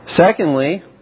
Secondly